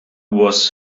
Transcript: was